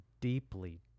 deeply